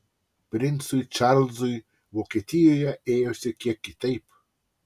princui čarlzui vokietijoje ėjosi kiek kitaip